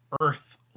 Earth